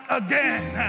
again